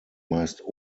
meist